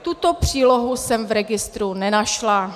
Tuto přílohu jsem v registru nenašla.